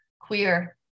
queer